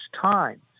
time